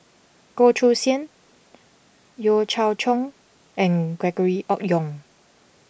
Goh Choo San Yeo Cheow Tong and Gregory Yong